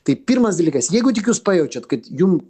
tai pirmas dalykas jeigu tik jūs pajaučiat kad jum